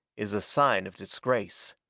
is a sign of disgrace.